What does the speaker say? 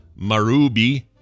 Marubi